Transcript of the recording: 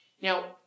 Now